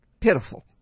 pitiful